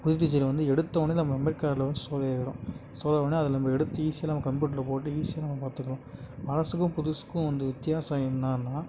புது டிஜிட்டல் வந்து எடுத்தவுனே நம்ம மெமரிகார்ட்டில் வந்து ஸ்டோரேஜ் ஆயிடும் ஸ்டோர் அனோன அதை நம்ப எடுத்து ஈஸியாக நம்ப கம்பியூட்டரில் போட்டு ஈஸியாக நம்ப பார்த்துக்கலாம் பழசுக்கும் புதுசுக்கும் வந்து வித்தியாசம் என்னான்னா